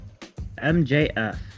MJF